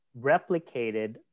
replicated